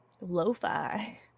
Lo-fi